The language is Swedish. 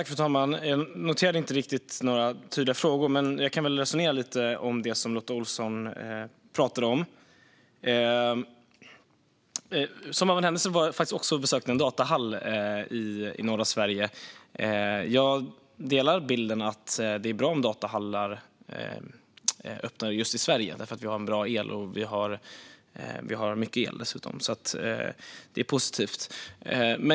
Fru talman! Jag noterade inga tydliga frågor, men jag kan resonera lite kring det som Lotta Olsson pratade om. Som av en händelse besökte jag också en datahall i norra Sverige. Jag har samma bild - att det är bra att datahallar öppnar i just Sverige, för vi har bra och mycket el. Det är positivt.